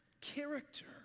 character